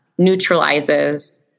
neutralizes